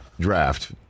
draft